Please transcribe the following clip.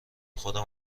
خودم